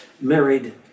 married